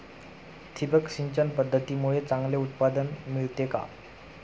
ठिबक सिंचन पद्धतीमुळे चांगले उत्पादन मिळते का?